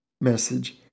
message